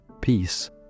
peace